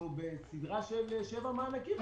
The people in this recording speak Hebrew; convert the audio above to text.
אנחנו בסדרה של שבעה מענקים.